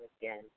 again